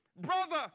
Brother